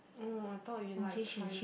oh I thought you like try